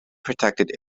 protected